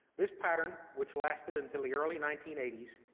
this pattern, which lasted until the early nineteen eighty s,